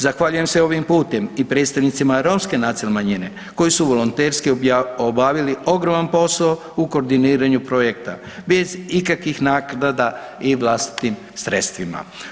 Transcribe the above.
Zahvaljujem se ovim putem i predstavnicima romske nacionalne manjine koji su volonterski obavili ogroman posao u koordiniranju projekta bez ikakvih naknada i vlastitim sredstvima.